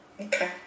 Okay